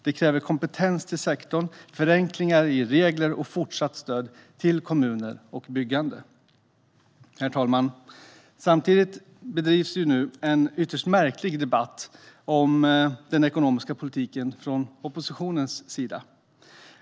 Det kräver kompetens till sektorn, förenklingar i regler och fortsatt stöd till kommuner och byggande. Herr talman! Samtidigt bedrivs nu en ytterst märklig debatt om den ekonomiska politiken från oppositionens sida.